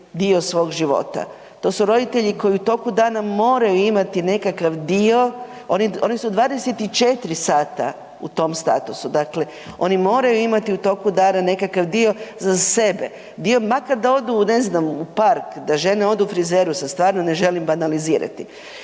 dio svog života, to su roditelji koji u toku dana moraju imati nekakav dio, oni su 24 sata u tom statusu, dakle oni moraju imati u toku dana nekakav dio za sebe, dio makar da odu u park, da žene odu frizeru, sad stvarno ne želim banalizirati